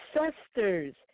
ancestors